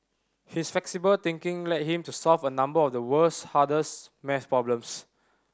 his flexible thinking led him to solve a number of the world's hardest maths problems